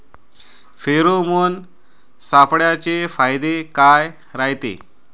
Pheromone सापळ्याचे फायदे काय रायते?